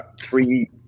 three